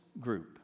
group